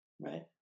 right